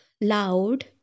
loud